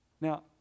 Now